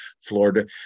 Florida